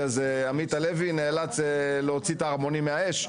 אז עמית הלוי נאלץ להוציא את הערמונים מהאש?